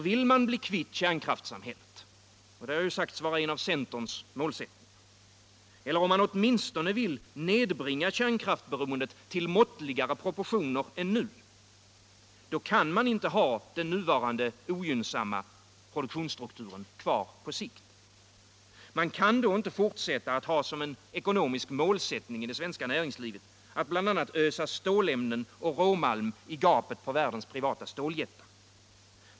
Vill man bli kvitt kärnkraftssamhället - och det har ju sagts vara en av centerns målsättningar — eller åtminstone nedbringa kärnkraftsberoendet till måttligare proportioner än nu, då kan man inte ha den nuvarande ogynnsamma produktionsstrukturen kvar på sikt. Man 33 Om regeringens linje i kärnkraftsfrågan kan inte fortsätta att ha som en ekonomisk målsättning i det svenska näringslivet att bl.a. ösa stålämnen och råmalm i gapet på världens privata ståljättar.